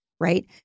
right